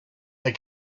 they